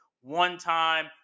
one-time